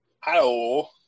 Hello